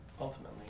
ultimately